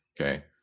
Okay